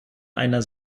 einer